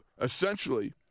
essentially